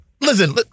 Listen